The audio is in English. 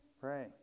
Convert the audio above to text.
pray